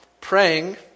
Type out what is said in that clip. praying